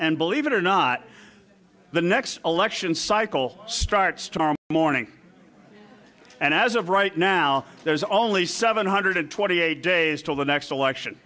and believe it or not the next election cycle starts tomorrow morning and as of right now there's only seven hundred twenty eight days till the next election